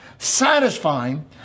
satisfying